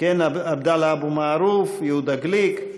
עבדאללה אבו מערוף, יהודה גליק.